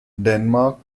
denmark